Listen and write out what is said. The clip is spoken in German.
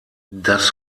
das